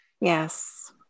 Yes